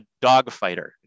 dogfighter